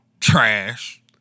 Trash